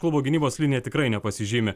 klubo gynybos linija tikrai nepasižymi